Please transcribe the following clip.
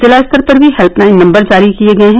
जिला स्तर पर भी हेल्पलाइन नम्बर जारी किये गये हैं